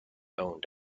owned